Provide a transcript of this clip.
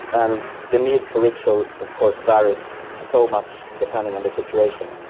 and the need for ritual of course varies so much depending on the situation.